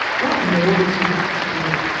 what more did she have to do?